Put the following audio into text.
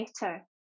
better